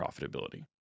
profitability